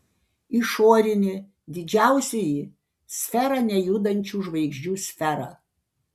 išorinė didžiausioji sfera nejudančių žvaigždžių sfera